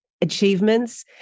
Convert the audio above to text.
achievements